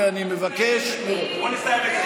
אדוני היושב-ראש, מספיק.